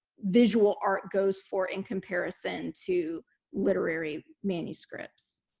visual art goes for in comparison to literary manuscripts.